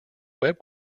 web